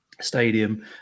Stadium